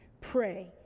pray